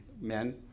men